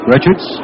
Richards